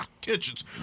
Kitchens